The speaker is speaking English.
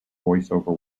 voiceover